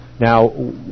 Now